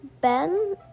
Ben